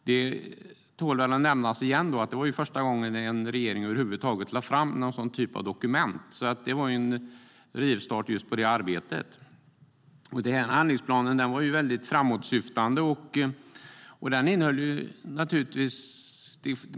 Det tål väl att nämnas igen att det var första gången en regering lade fram den typen av dokument, så det var en rivstart för det arbetet. Handlingsplanen var framåtsyftande och innehöll många förslag.